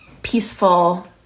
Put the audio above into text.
peaceful